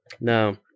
No